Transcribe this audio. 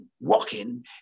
walking